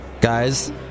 Guys